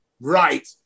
Right